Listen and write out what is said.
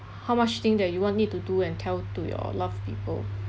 how much thing that you want me to do and tell to your loved people